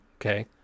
okay